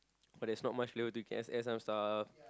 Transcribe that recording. but there's not much flavour to it add some stuff